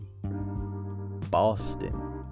Boston